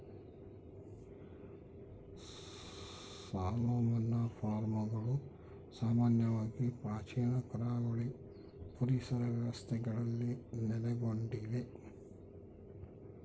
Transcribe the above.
salmon ಫಾರ್ಮ್ಗಳು ಸಾಮಾನ್ಯವಾಗಿ ಪ್ರಾಚೀನ ಕರಾವಳಿ ಪರಿಸರ ವ್ಯವಸ್ಥೆಗಳಲ್ಲಿ ನೆಲೆಗೊಂಡಿವೆ